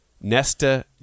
Nesta